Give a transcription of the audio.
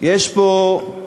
יש פה,